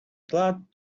glad